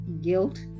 guilt